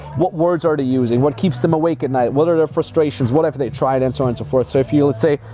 what words are they using? what keeps them awake at night? what are their frustrations? whatever they tried and so on and so forth. so if you let's say,